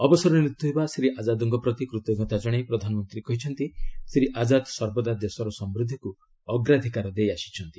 ଅବସର ନେଉଥିବା ଶ୍ରୀ ଆଜାଦଙ୍କ ପ୍ରତି କୂତଜ୍ଞତା ଜଣାଇ ପ୍ରଧାନମନ୍ତ୍ରୀ କହିଛନ୍ତି ଶ୍ରୀ ଆକାଦ ସର୍ବଦା ଦେଶର ସମୃଦ୍ଧିକୁ ଅଗ୍ରାଧିକାର ଦେଇ ଆସିଛନ୍ତି